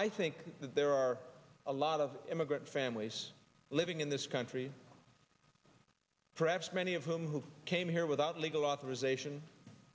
i think that there are a lot of immigrant families living in this country perhaps many of whom who came here without legal authorization